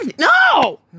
no